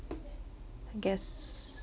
i guess